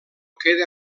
queda